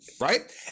Right